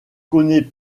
connaît